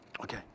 Okay